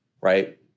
right